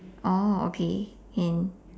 oh okay can